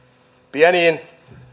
pieniin